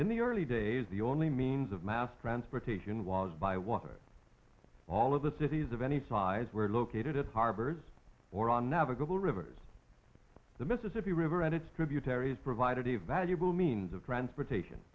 in the early days the only means of mass transportation was by water all of the cities of any size were located at harbors or on navigable rivers the mississippi river and its tributaries provided a valuable means of transportation